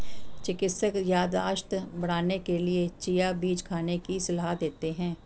चिकित्सक याददाश्त बढ़ाने के लिए चिया बीज खाने की सलाह देते हैं